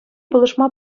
пулӑшма